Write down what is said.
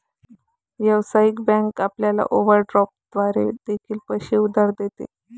व्यावसायिक बँक आपल्याला ओव्हरड्राफ्ट द्वारे देखील पैसे उधार देते